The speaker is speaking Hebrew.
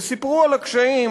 וסיפרו על הקשיים,